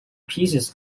pieces